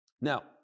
Now